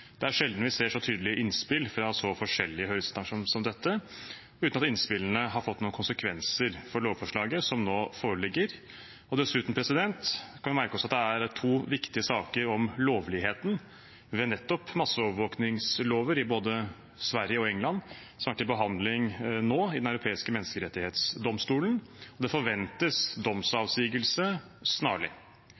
Det er sjelden vi ser så tydelige innspill fra så forskjellige høringsinstanser som dette, uten at innspillene har fått noen konsekvenser for lovforslaget som nå foreligger. Dessuten kan vi merke oss at det er to viktige saker om lovligheten ved nettopp masseovervåkingslover, i både Sverige og England, som er til behandling nå i Den europeiske menneskerettsdomstol. Det forventes domsavsigelse snarlig.